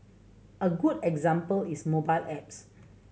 a good example is mobile apps